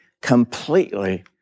completely